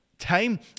time